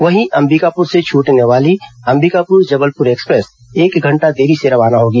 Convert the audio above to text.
वहीं अंबिकापुर से छूटने वाली अंबिकापुर जबलपुर एक्सप्रेस एक घंटा देरी से रवाना होगी